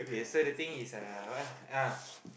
okay so the thing is uh what ah ah